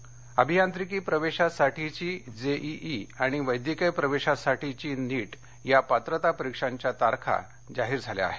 JEE NEET अभियांत्रिकी प्रवेशासाठीची JEE आणि वैद्यकीय प्रवेशासाठीची नीट या पात्रता परिक्षांच्या तारखा जाहीर झाल्या आहेत